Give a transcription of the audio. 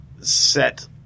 set